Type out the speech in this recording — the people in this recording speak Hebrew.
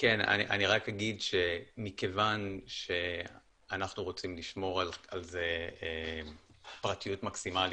אני רק אגיד שמכיוון שאנחנו רוצים לשמור על פרטיות מקסימלית,